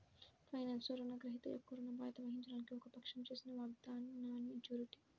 ఫైనాన్స్లో, రుణగ్రహీత యొక్క ఋణ బాధ్యత వహించడానికి ఒక పక్షం చేసిన వాగ్దానాన్నిజ్యూరిటీ